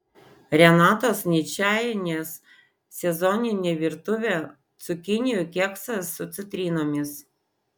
renatos ničajienės sezoninė virtuvė cukinijų keksas su citrinomis